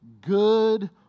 good